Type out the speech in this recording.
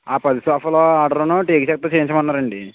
ఆ పది సోఫాల ఆర్డరును టేకు చెక్కతో చేయించమన్నారండి